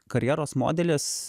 karjeros modelis